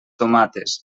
tomates